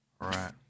Right